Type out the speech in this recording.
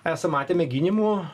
esam matę mėginimų